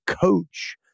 coach